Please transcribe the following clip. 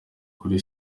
kuri